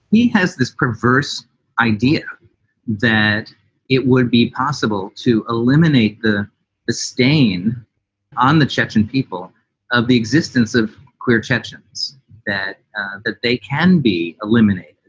he has this perverse idea that it would be possible to eliminate the the stain on the chechen people of the existence of clear chechens that that they can be eliminated.